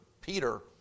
Peter